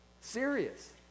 serious